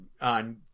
on